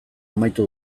amaitu